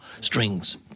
strings